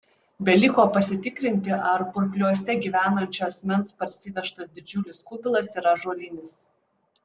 beliko pasitikrinti ar purpliuose gyvenančio asmens parsivežtas didžiulis kubilas yra ąžuolinis